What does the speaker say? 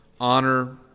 honor